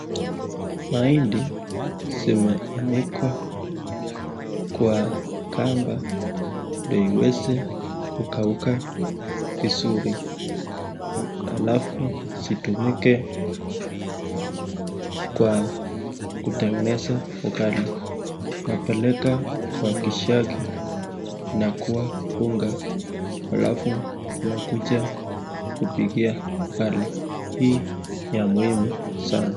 Mahindi zimeanikwa kwa kamba ndo iweze kukauka vizuri. Alfu zitumike kwa kutengeneza ugali, unapeleka kwa kisagi inakuwa unga alfu inakuja kupikia ugali. Hii ni ya muhimu sana.